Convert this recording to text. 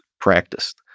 practiced